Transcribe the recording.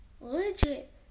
legit